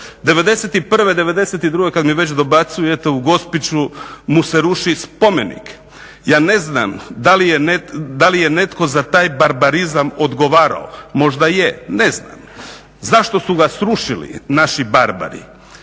'91., '92.kada mi već dobacuje eto u Gospiću mu se ruši spomenik. Ja ne znam da li je netko za taj barbarizam odgovarao? Možda je, ne znam. Zašto su ga srušili naši barbari